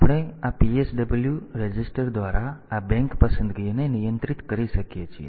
આપણે આ PSW register દ્વારા આ બેંક પસંદગીને નિયંત્રિત કરી શકીએ છીએ